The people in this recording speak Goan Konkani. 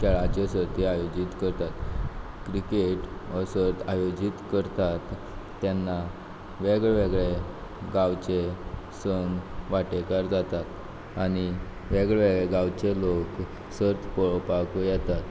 खेळाचे सर्ती आयोजीत करतात क्रिकेट हो सर्त आयोजीत करतात तेन्ना वेगळे वेगळे गांवचे सून वांटेकार जातात आनी वेगळेवे गांवचे लोक सर्त पळोवपाकूय येतात